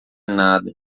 nada